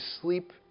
sleep